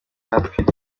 atwite